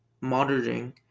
monitoring